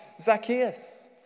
Zacchaeus